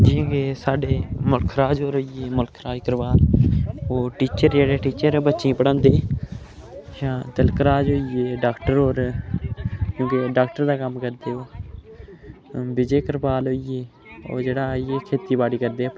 जियां कि साड्ढे मुल्खराज होर होई गे मुल्कराज अग्रवाल ओह् टीचर टीचर जेह्ड़े बच्चें गी पढ़ांदे जां तिलकराज होई गे डाक्टर होर डाक्टर दा कम्म करदे ओ ते विजय करपाल होई गे ओह् जेह्ड़ा आई गे खेतीबाड़ी करदे अपनी